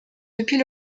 depuis